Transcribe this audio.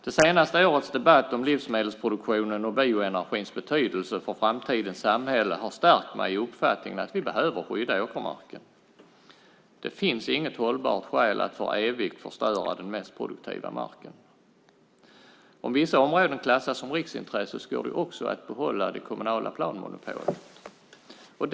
Det senaste årets debatt om livsmedelsproduktionens och bioenergins betydelse för framtidens samhälle har stärkt mig i uppfattningen att vi behöver skydda åkermarken. Det finns inget hållbart skäl att för evigt förstöra den mest produktiva marken. Om vissa områden klassas som riksintresse går det också att behålla det kommunala planmonopolet.